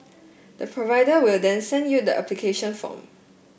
the provider will then send you the application form